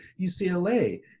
UCLA